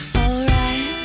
alright